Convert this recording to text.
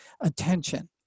attention